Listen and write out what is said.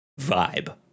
vibe